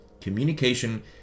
Communication